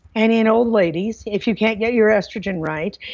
and in old ladies, if you can't get your estrogen right,